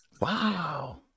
Wow